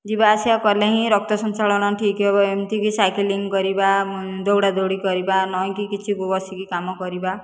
ଯିବା ଆସିବା କଲେ ହିଁ ରକ୍ତ ସଞ୍ଚାଳନ ଠିକ ହେବ ଏମତି ବି ସାଇକେଲିଙ୍ଗ କରିବା ଦୌଡ଼ା ଦୌଡ଼ି କରିବା ନଇଁକି କିଛି ବସିକି କାମ କରିବା